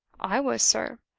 i was, sir,